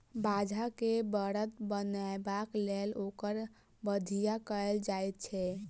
बाछा के बड़द बनयबाक लेल ओकर बधिया कयल जाइत छै